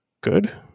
good